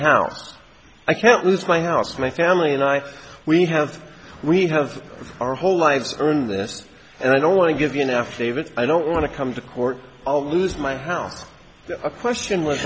house i can't lose my house my family and i we have we have our whole lives are in this and i don't want to give you an affidavit i don't want to come to court of lose my house a question was